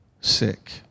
sick